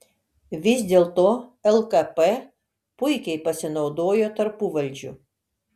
vis dėlto lkp puikiai pasinaudojo tarpuvaldžiu